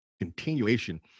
continuation